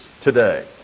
today